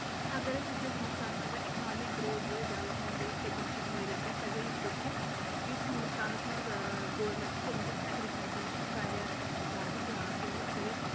اَگر أسۍ وُچھو ہِنٛدوستانس منٛز اَگر اِکناومی گرٛوٚو گٔیہِ ڈیولپمیٚنٛٹ گٔیہِ پٔتۍ میٚو کیٚنٛہو ؤرۍیَو پیٚٹھ سۄ گٔیہِ یِتھٕ پٲٹھۍ کہِ یُس ہِنٛدوستانس منٛز گورمیٚنٛٹ چھُ تٔمۍ دیُت ایٚگرِکَلچرَس پیٚٹھ واریاہ زیادٕ دیٛان تٔمۍ دوٚپ اَگر أسۍ